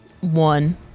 one